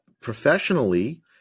professionally